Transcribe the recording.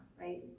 right